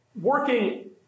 working